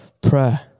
prayer